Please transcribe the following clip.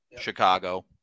Chicago